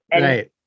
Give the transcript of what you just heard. Right